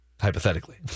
Hypothetically